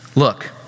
look